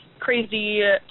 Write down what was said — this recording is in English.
crazy